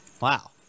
Wow